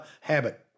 habit